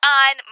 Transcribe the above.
on